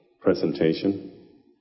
presentation